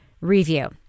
review